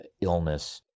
illness